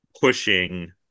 pushing